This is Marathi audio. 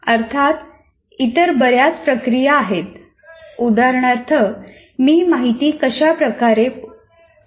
अर्थात इतर बर्याच प्रक्रिया आहेत उदाहरणार्थ 'मी माहिती कशा प्रकारे पुनर्प्राप्त करू शकतो